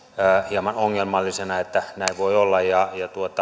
hieman ongelmallisena sen että näin voi olla ja